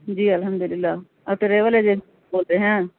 جی الحمد للہ آپ ٹریول ایجنسی سے بول رہے ہیں